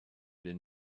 been